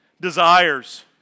desires